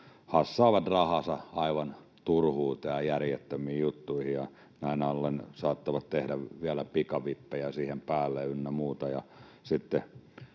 hassaavat rahansa aivan turhuuteen ja järjettömiin juttuihin ja näin ollen saattavat tehdä vielä pikavippejä siihen päälle ynnä muuta